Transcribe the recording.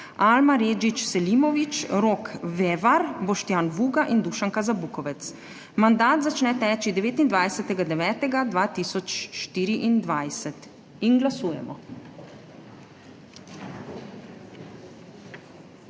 Alma Redžić Selimović, Rok Vevar, Boštjan Vuga in Dušanka Zabukovec. Mandat začne teči 29. 9. 2024. Glasujemo.